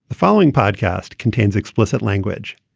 following podcast contains explicit language.